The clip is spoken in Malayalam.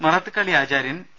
മറത്ത് കളി ആചാര്യൻ പി